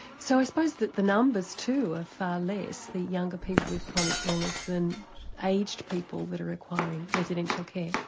so i suppose that the numbers too are far less, the younger people with chronic illness than aged people that are requiring residential care.